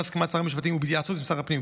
בהסכמת שר המשפטים ובהתייעצות עם שר הפנים,